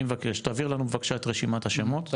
תעביר לנו בבקשה את רשימת השמות,